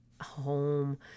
home